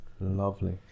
Lovely